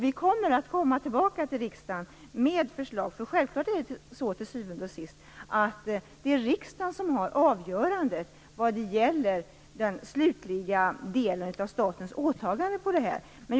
Vi kommer att komma tillbaka till riksdagen med förslag. Självklart är det till syvende och sist riksdagen som har avgörandet vad gäller den slutliga delen av statens åtaganden på det här området.